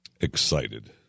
excited